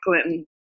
Clinton